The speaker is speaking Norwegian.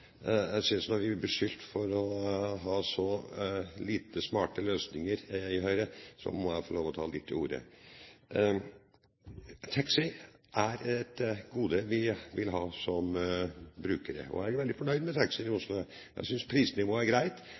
Jeg synes at når vi blir beskyldt for ha så lite smarte løsninger i Høyre, så må jeg få lov å ta litt til orde. Taxi er et gode vi vil ha som brukere, og jeg er veldig fornøyd med taxiene i Oslo. Jeg synes prisnivået er greit,